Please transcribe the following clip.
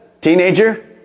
Teenager